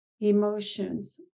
emotions